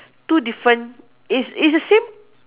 two different it's it's the same